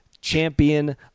champion